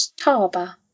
Harbour